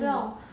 mm